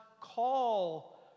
call